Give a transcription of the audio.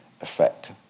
effect